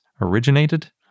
originated